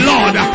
Lord